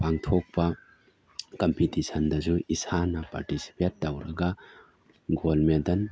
ꯄꯥꯡꯊꯣꯛꯄ ꯀꯝꯄꯤꯇꯤꯁꯟꯗꯁꯨ ꯏꯁꯥꯅ ꯄꯥꯔꯇꯤꯁꯤꯄꯦꯠ ꯇꯧꯔꯒ ꯒꯣꯜꯗ ꯃꯦꯗꯟ